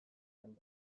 erabil